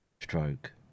stroke